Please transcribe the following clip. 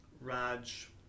Raj